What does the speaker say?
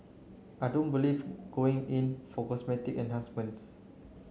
I don't believe going in for cosmetic enhancements